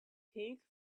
pink